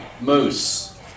Moose